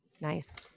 nice